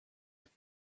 but